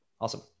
Awesome